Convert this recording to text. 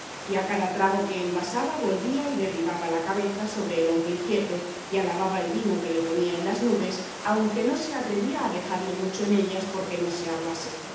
a cada trago que envasaba volvía y derribaba la cabeza sobre el hombro izquierdo y alababa el vino que le ponía en las nubes aunque no se atrevía a dejarle mucho en ellas por que no se aguase